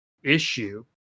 Issue